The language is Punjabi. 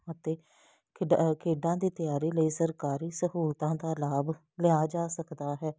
ਅਤੇ ਖਿਡਾ ਖੇਡਾਂ ਦੀ ਤਿਆਰੀ ਲਈ ਸਰਕਾਰੀ ਸਹੂਲਤਾਂ ਦਾ ਲਾਭ ਲਿਆ ਜਾ ਸਕਦਾ ਹੈ